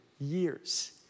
years